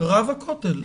רב הכותל?